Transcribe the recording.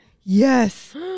Yes